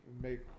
make